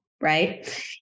right